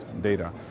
data